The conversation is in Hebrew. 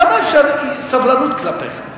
כמה אפשר סבלנות כלפיך?